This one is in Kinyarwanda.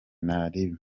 ntaribi